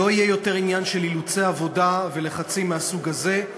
לא יהיה יותר עניין של אילוצי עבודה ולחצים מהסוג הזה,